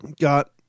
got